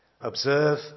observe